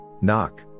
Knock